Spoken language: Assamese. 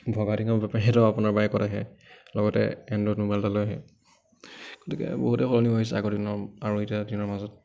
ভগা টিঙা বেপাৰি এটাও আপোনাৰ বাইকত আহে লগতে এণ্ড্ৰইড মোবাইল এটা লৈ আহে গতিকে বহুতে সলনি হৈছে আগৰ দিনৰ আৰু এতিয়াৰ দিনৰ মাজত